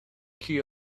key